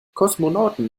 kosmonauten